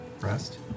rest